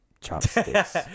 Chopsticks